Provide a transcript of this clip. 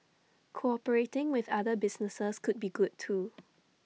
cooperating with other businesses could be good too